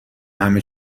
همه